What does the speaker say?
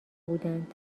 بودند